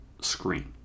screen